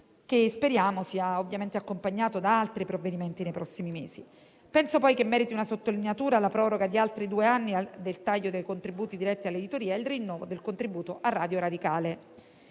e speriamo sia accompagnato da altri provvedimenti nei prossimi mesi. Penso poi che meritino una sottolineatura la proroga di altri due anni del taglio dei contributi diretti all'editoria e il rinnovo del contributo a Radio Radicale.